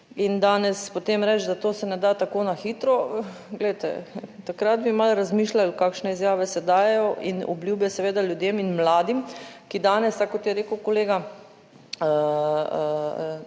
In danes potem reči, da to se ne da tako na hitro, glejte, takrat bi malo razmišljali kakšne izjave se dajejo in obljube seveda ljudem in mladim, ki danes, tako kot je rekel kolega,